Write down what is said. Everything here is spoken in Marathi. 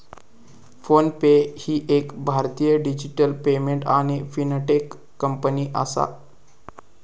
फोन पे ही एक भारतीय डिजिटल पेमेंट आणि फिनटेक कंपनी आसा